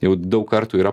jau daug kartų yra